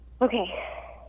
Okay